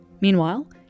Meanwhile